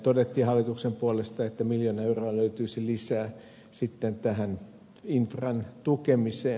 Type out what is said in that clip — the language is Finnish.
todettiin hallituksen puolelta että miljoona euroa löytyisi lisää sitten tähän infran tukemiseen